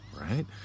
right